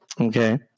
Okay